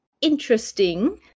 interesting